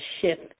shift